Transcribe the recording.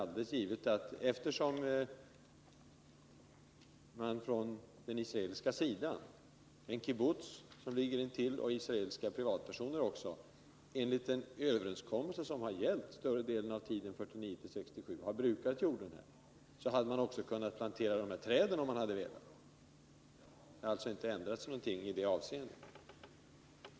Eftersom en kibbutz, som ligger i närheten på den israeliska sidan, och israeliska privatpersoner — enligt en överenskommelse som har gällt under större delen av tiden 1949-1967 — har kunnat bruka jorden där och även hade kunnat plantera träd där, om man hade velat det, är det ändå för mig uppenbart att det som inträffade 1967 inte ändrar något i detta sammanhang.